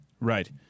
Right